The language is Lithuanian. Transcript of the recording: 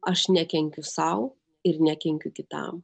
aš nekenkiu sau ir nekenkiu kitam